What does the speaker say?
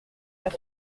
pas